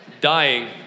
Dying